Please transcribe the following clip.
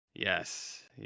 Yes